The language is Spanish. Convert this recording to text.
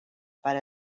para